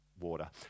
water